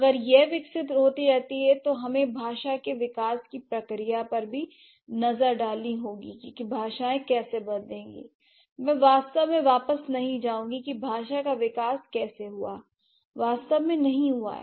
अगर यह विकसित होती रहती है तो हमें भाषा के विकास की प्रक्रिया पर भी एक नजर डालनी होगी की भाषाएं कैसे बदलेंगी मैं वास्तव में वापस नहीं जाऊंगी कि भाषा का विकास कैसे हुआ वास्तव में नहीं हुआ है